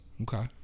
Okay